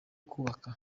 kubaka